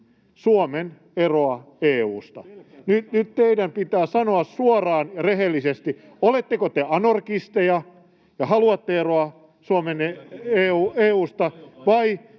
Suomen eroa EU:sta. Nyt teidän pitää sanoa suoraan ja rehellisesti, oletteko te anorkisteja ja haluatte eroa, Suomen eroa EU:sta, vai